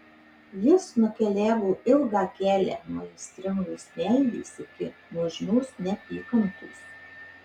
jis nukeliavo ilgą kelią nuo aistringos meilės iki nuožmios neapykantos